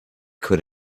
could